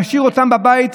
להשאיר אותן בבית?